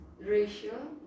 ratio